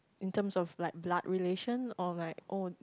in terms of blood blood relation or like own